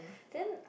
then